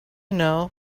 know